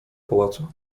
pałacu